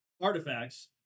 artifacts